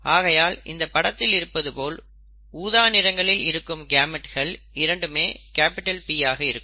ஆகையால் இந்த படத்தில் இருப்பது போல் ஊதா நிறங்களில் இருக்கும் கேமெட்கள் இரண்டுமே P ஆக இருக்கும்